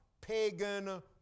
Pagan